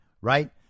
right